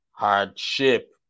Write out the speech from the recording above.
Hardship